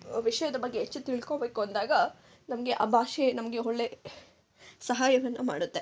ಆ ವಿಷಯದ ಬಗ್ಗೆ ಹೆಚ್ಚು ತಿಳ್ಕೊಳ್ಬೇಕು ಅಂದಾಗ ನಮಗೆ ಆ ಭಾಷೆ ನಮಗೆ ಹೊಳ್ಳೆ ಸಹಾಯವನ್ನು ಮಾಡುತ್ತೆ